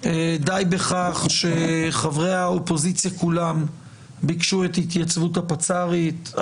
די בכך שחברי האופוזיציה כולם ביקשו את התייצבות הפצ"רית,